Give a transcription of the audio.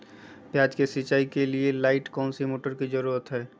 प्याज की सिंचाई के लाइट कौन सी मोटर की जरूरत है?